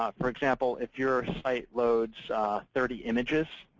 um for example, if your site loads thirty images,